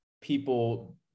people